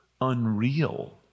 unreal